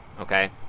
okay